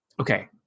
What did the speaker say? Okay